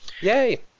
Yay